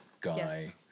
guy